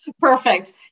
perfect